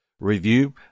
review